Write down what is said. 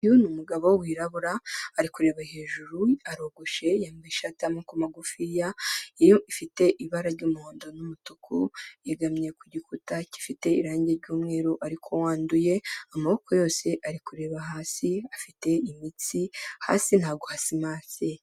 Uyu ni umugabo wirabura ari kureba hejuru, arogoshe, yambaye ishati y'amaboko magufiya, yo ifite ibara ry'umuhondo n'umutuku, yegamye ku gikuta gifite irangi ry'umweru ariko wanduye, amaboko yose ari kureba hasi afite imitsi, hasi ntabwo hasimase.